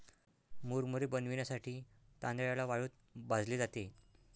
मुरमुरे बनविण्यासाठी तांदळाला वाळूत भाजले जाते